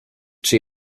czy